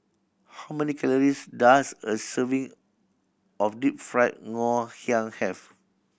how many calories does a serving of Deep Fried Ngoh Hiang have